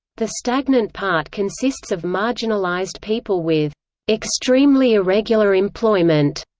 the stagnant part consists of marginalized people with extremely irregular employment.